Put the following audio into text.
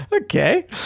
okay